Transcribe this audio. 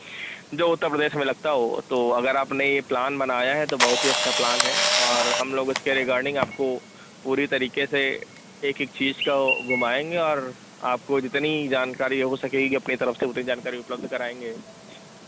जो उत्तर प्रदेश में लगता हो तो अगर आपने ये प्लान बनाया है तो बहुत ही अच्छा प्लान है और हम लोग इसके रिगार्डिंग आपको पूरी तरीके से एक एक चीज़ का घुमाएंगे और आपको जितनी जानकारी हो सकेगी अपनी तरफ़ से उतनी जानकारी उपलब्ध कराएंगे